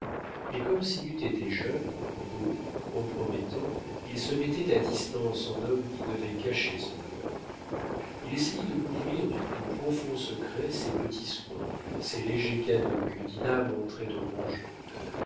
mais comme s'il eût été jeune beau compromettant il se mettait à distance en homme qui devait cacher son bonheur il essayait de couvrir du plus profond secret ses petits soins ses légers cadeaux que dinah montrait au grand jour